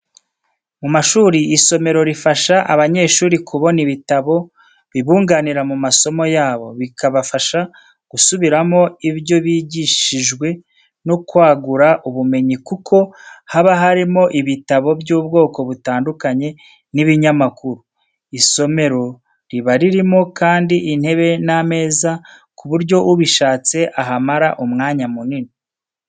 Mu mashuri, isomero rifasha abanyeshuri kubona ibitabo bibunganira mu masomo yabo, bikabafasha gusubiramo ibyo bigishijwe no kwagura ubumenyi kuko haba harimo ibitabo by'ubwoko butandukanye, n'ibinyamakuru. Isomera riba ririmo kandi intebe n'ameza kuburyo ubishatse ahamara umwanya munini.